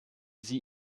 sie